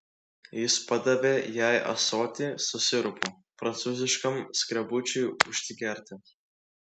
jis padavė jai ąsotį su sirupu prancūziškam skrebučiui užsigerti